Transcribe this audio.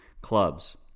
clubs